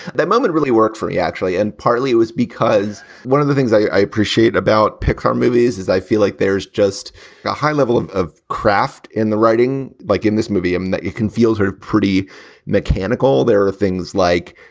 that moment really worked for me, actually. and partly it was because one of the things i appreciate about pixar movies is i feel like there's just a high level of of craft in the writing, like in this movie um that you can feel sort of pretty mechanical. there are things like,